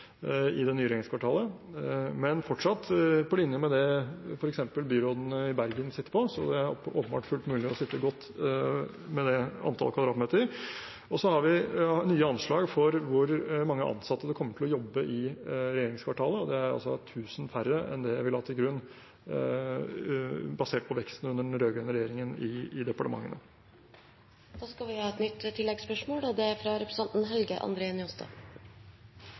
i det nye regjeringskvartalet. Men den er fortsatt på linje med det som f.eks. byråden i Bergen sitter på, så det er åpenbart fullt mulig å sitte godt med det antallet kvadratmeter. Og så har vi nye anslag for hvor mange ansatte som kommer til å jobbe i regjeringskvartalet, og det er altså 1 000 færre enn det vi la til grunn basert på veksten under den rød-grønne regjeringen i departementene. Helge André Njåstad – til oppfølgingsspørsmål. Òg Framstegspartiet er